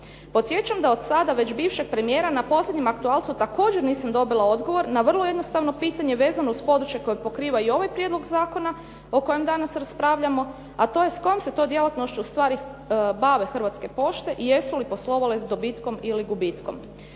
Podsjećam da od sada već bivšeg premijera na posljednjem aktualcu također nisam dobila odgovor na vrlo jednostavno pitanje vezano uz područje koje pokriva i ovaj prijedlog zakona o kojem danas raspravljamo a to je s kojom se to djelatnošću ustvari bave Hrvatske pošte i jesu li poslovale s dobitkom ili gubitkom.